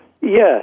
Yes